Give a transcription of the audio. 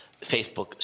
Facebook